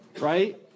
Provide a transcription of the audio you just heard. right